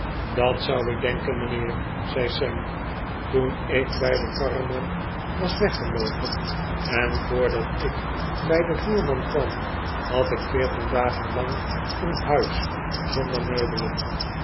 dat zou ik denken mijnheer zei sam toen ik bij den karreman was weggeloopen en voordat ik bij den voerman kwam had ik veertien dagen lang een huis zonder meubelen